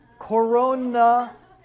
Corona